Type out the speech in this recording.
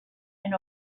and